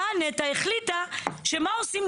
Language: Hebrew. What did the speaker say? באה נת"ע החליטה שמה עושים?